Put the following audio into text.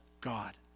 God